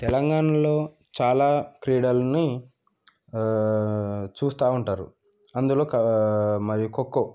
తెలంగాణలో చాలా క్రీడలని చూస్తూ ఉంటారు అందులో మరి ఖోఖో